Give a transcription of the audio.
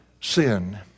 sin